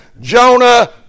Jonah